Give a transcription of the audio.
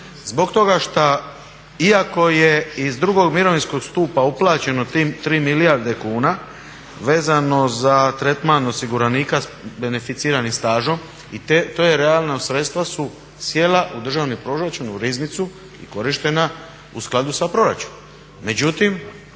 Zbog toga što iako je iz drugog mirovinskog stupa uplaćeno 3 milijarde kuna vezano za tretman osiguranika s beneficiranim stažom i to je realno. Sredstva su sjela u državni proračun u riznicu i korištena u skladu sa proračunom.